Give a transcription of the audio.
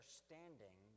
standing